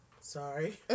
sorry